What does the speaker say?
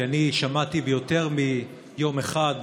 כי אני שמעתי ביותר מיום אחד,